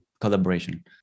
collaboration